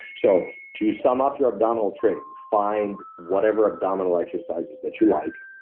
so to sum up your abdominal training, find whatever abdominal exercises that you like.